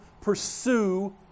pursue